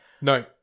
No